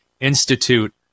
institute